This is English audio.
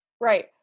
Right